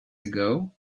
ago